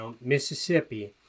Mississippi